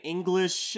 English